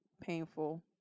painful